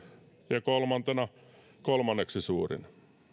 ja kolmantena kolmanneksi suurin